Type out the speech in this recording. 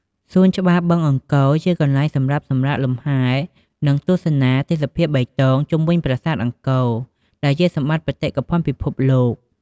សួនច្បារបឹងអង្គរ ជាកន្លែងសម្រាប់សម្រាកលំហែ និងទស្សនាទេសភាពបៃតងជុំវិញប្រាសាទអង្គរ ដែលជាសម្បត្តិបេតិកភណ្ឌពិភពលោក។